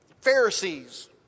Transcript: Pharisees